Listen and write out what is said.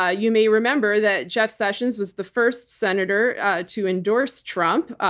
ah you may remember that jeff sessions was the first senator to endorse trump.